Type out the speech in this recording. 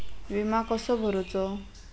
विमा कसो भरूचो?